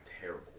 terrible